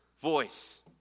voice